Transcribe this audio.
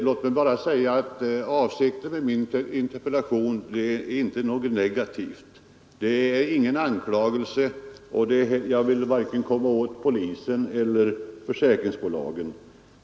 Herr talman! Jag tackar för det löftet. Jag har ingen negativ avsikt med min interpellation — den är ingen anklagelse, och jag vill inte komma åt vare sig polisen eller försäkringsbolagen.